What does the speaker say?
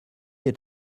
est